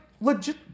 legit